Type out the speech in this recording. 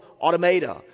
automata